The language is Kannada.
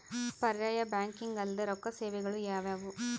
ಪರ್ಯಾಯ ಬ್ಯಾಂಕಿಂಗ್ ಅಲ್ದೇ ರೊಕ್ಕ ಸೇವೆಗಳು ಯಾವ್ಯಾವು?